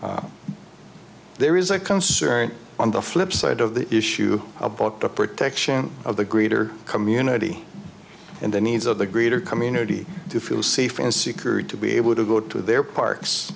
work there is a concern on the flip side of the issue about the protection of the greater community and the needs of the greater community to feel safe and secure and to be able to go to their parks